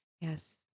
Yes